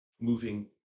moving